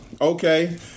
Okay